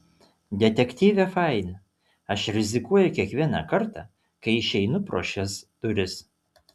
detektyve fain aš rizikuoju kiekvieną kartą kai išeinu pro šias duris